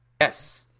Yes